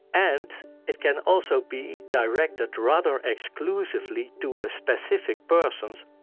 and it can also be directed rather exclusively to ah specific persons,